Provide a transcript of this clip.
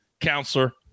Counselor